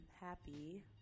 Happy